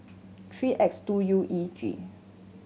three X two U E G